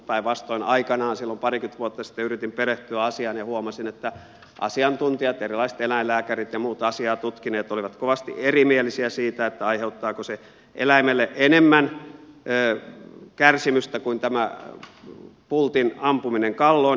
päinvastoin aikoinaan silloin parikymmentä vuotta sitten yritin perehtyä asiaan ja huomasin että asiantuntijat erilaiset eläinlääkärit ja muut asiaa tutkineet olivat kovasti erimielisiä siitä aiheuttaako se eläimelle enemmän kärsimystä kuin tämä pultin ampuminen kalloon